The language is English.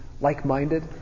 like-minded